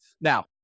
Now